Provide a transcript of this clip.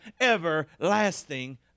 everlasting